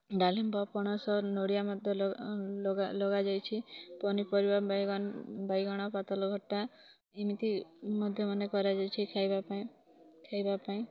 ଡ଼ାଲିମ୍ବ ପଣସ ନଡ଼ିଆ ମଧ୍ୟ ଲଗା ଲଗାଯାଇଛି ପନିପରିବା ବେଗନ୍ ବାଇଗଣ ପାତାଲ ଘଟା ଏମିତି ମଧ୍ୟ ମାନେ କରାଯାଇଛି ଖାଇବା ପାଇଁ ଖାଇବା ପାଇଁ